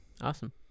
Awesome